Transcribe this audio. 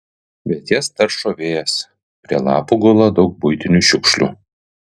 bet jas taršo vėjas prie lapų gula daug buitinių šiukšlių